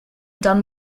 done